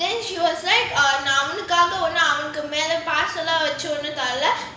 then she was like நான் அவனுக்காகலாம் அவனுக மேல பாசம் வச்சிலாம் ஒன்னும் தரல:naan avanukaaga laam avanuga mela paasam vachilaam onnum tarala